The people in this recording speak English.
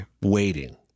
waiting